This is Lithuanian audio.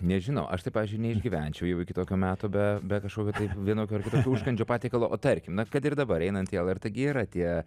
nežinau aš tai pavyzdžiui neišgyvenčiau jau iki tokio meto be be kažkokio tai vienokio ar kitokio užkandžio patiekalo o tarkim na kad ir dabar einant į lrt gi yra tie